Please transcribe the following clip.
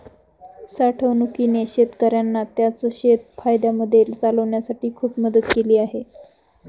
साठवणूकीने शेतकऱ्यांना त्यांचं शेत फायद्यामध्ये चालवण्यासाठी खूप मदत केली आहे